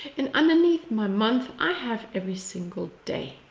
and underneath my month, i have every single day.